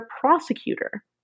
prosecutor